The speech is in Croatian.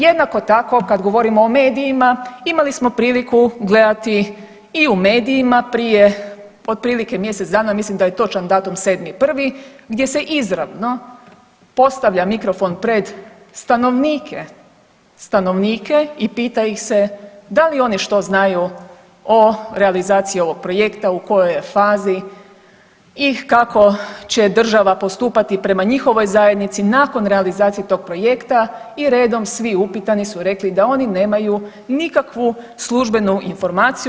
Jednako tako kad govorimo o medijima imali smo priliku gledati i u medijima prije otprilike mjesec dana, mislim da je točan datum 7.1., gdje se izravno postavlja mikrofon pred stanovnike, stanovnike i pita ih se da li oni što znaju o realizaciji ovog projekta, u kojoj je fazi i kako će država postupati prema njihovoj zajednici nakon realizacije tog projekta i redom svi upitani su rekli da oni nemaju nikakvu službenu informaciju.